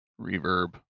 reverb